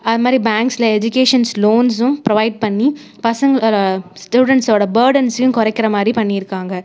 அது மாதிரி பேங்க்ஸில் எஜுகேஷன்ஸ் லோன்ஸும் ப்ரொவைட் பண்ணி பசங்களை ஸ்டூடண்ட்ஸோட பர்டன்ஸையும் குறைக்கிற மாதிரி பண்ணியிருக்காங்க